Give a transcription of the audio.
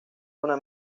una